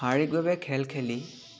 শাৰীৰিকভাৱে খেল খেলি